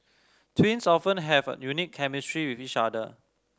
twins often have a unique chemistry with each other